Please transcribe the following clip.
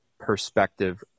perspective